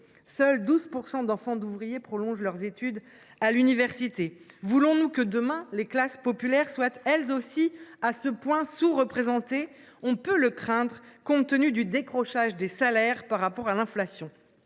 Seulement 12 % des enfants d’ouvriers prolongent leurs études à l’université. Voulons nous que, demain, les classes moyennes soient elles aussi à ce point sous représentées ? On peut le craindre, compte tenu du décrochage des salaires par rapport à l’inflation.